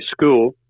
School